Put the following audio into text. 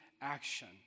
action